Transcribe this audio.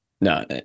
No